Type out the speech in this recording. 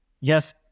yes